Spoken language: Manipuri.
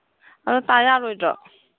ꯑꯗꯨ ꯇꯥ ꯌꯥꯔꯣꯏꯗ꯭ꯔꯣ